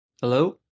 Hello